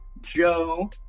Joe